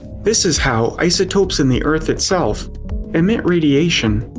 this is how isotopes in the earth itself emit radiation.